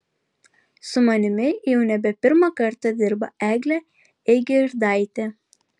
su manimi jau nebe pirmą kartą dirba eglė eigirdaitė